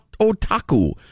otaku